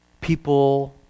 people